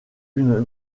une